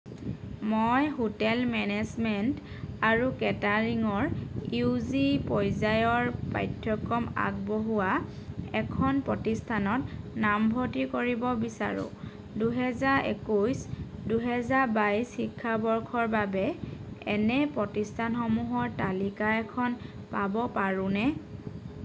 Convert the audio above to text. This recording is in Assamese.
মমই হোটেল মেনেজমেণ্ট আৰু কেটাৰিঙৰ ইউ জি পৰ্যায়ৰ পাঠ্যক্ৰম আগবঢ়োৱা এখন প্ৰতিষ্ঠানত নামভৰ্তি কৰিব বিচাৰোঁ দুহেজাৰ একৈছৰ পৰা বাইছ শিক্ষাবৰ্ষৰ বাবে এনে প্ৰতিষ্ঠানসমূহৰ তালিকা এখন পাব পাৰোঁনে